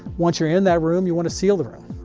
once you're in that room you want to seal the room.